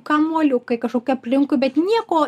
kamuoliukai kažkokie aplinkui bet nieko